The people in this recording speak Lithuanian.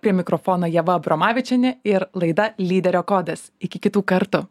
prie mikrofono ieva abromavičienė ir laida lyderio kodas iki kitų kartų